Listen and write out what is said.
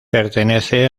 pertenece